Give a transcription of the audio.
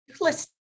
listen